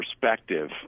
perspective